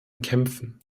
kämpfen